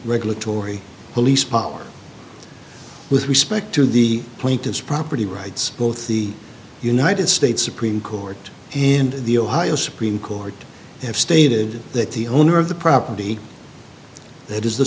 regulatory police powers with respect to the plaintiff's property rights both the united states supreme court and the ohio supreme court have stated that the owner of the property it is the